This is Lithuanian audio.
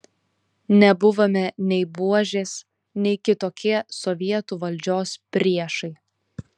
nebuvome nei buožės nei kitokie sovietų valdžios priešai